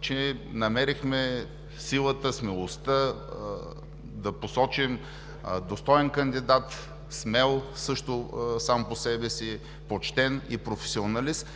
че намерихме силата, смелостта да посочим достоен кандидат, смел също сам по себе си, почтен и професионалист,